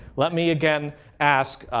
let me again ask.